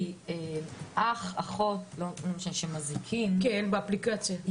אח או אחות שמזעיקים באפליקציה,